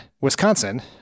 Wisconsin